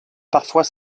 parfois